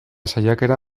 saiakera